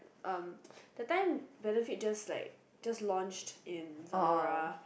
um that time Benefit just like just launched in Zalora